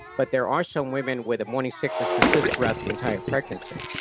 but there are some women where the morning sickness persists throughout the entire pregnancy,